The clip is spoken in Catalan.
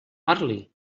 parli